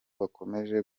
bakomeje